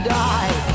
die